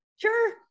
Sure